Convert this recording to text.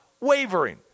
wavering